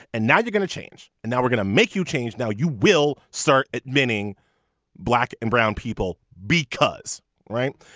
and now you're going to change. and now we're going to make you change. now you will start admitting black and brown people because right.